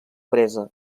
presa